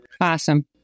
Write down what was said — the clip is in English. Awesome